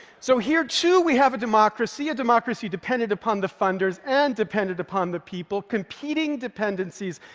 so here too we have a democracy, a democracy dependent upon the funders and dependent upon the people, competing dependencies,